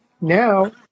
Now